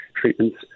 treatments